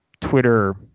Twitter